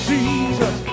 Jesus